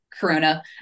corona